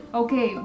okay